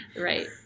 Right